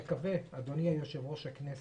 אדוני יושב-ראש הכנסת,